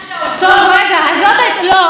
אולי באווירת הימים הנוראים,